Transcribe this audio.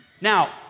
Now